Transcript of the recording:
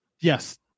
Yes